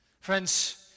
Friends